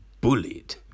bullied